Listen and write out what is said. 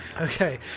Okay